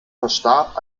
verstarb